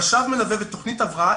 חשב מלווה ותוכנית הבראה,